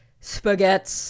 spaghetti